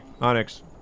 Onyx